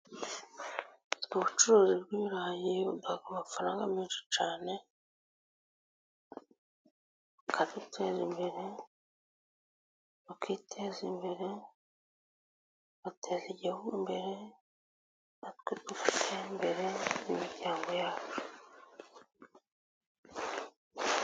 Ubucuruzi bw'irayi butanga amafaranga menshi cyane ,bukabiteza imbere, bakiteza imbere bateza igihugu imbere, natwe natwe tukitezimbere n'imiryango yacu.